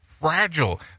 FRAGILE